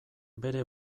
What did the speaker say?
bere